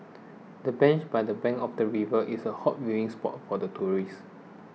the bench by the bank of the river is a hot viewing spot for tourists